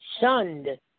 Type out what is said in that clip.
shunned